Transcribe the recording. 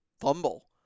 fumble